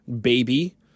baby